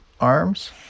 arms